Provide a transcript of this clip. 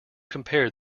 compare